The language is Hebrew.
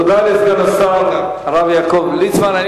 תודה לסגן השר הרב יעקב ליצמן.